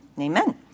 Amen